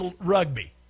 rugby